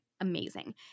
amazing